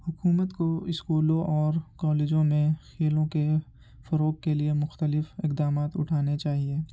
حکومت کو اسکولوں اور کالجوں میں کھیلوں کے فروغ کے لیے مختلف اقدامات اٹھانے چاہیے